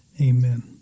Amen